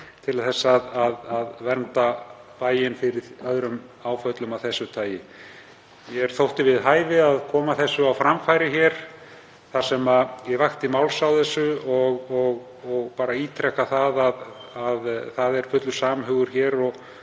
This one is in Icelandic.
til að vernda bæinn fyrir öðrum áföllum af þessu tagi. Mér þótti við hæfi að koma þessu á framfæri þar sem ég vakti máls á þessu og vil ítreka að það er fullur samhugur hér.